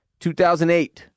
2008